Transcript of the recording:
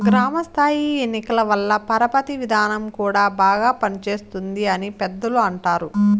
గ్రామ స్థాయి ఎన్నికల వల్ల పరపతి విధానం కూడా బాగా పనిచేస్తుంది అని పెద్దలు అంటారు